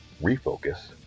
Refocus